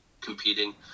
competing